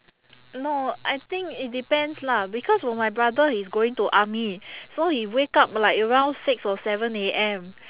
no I think it depends lah because for my brother he's going to army so he wake up like around six or seven A_M